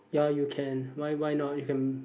ya you can why why not you can